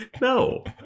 No